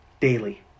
daily